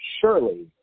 surely